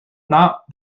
not